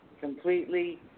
completely